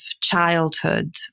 childhood